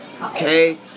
Okay